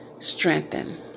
Strengthen